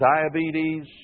diabetes